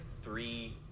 three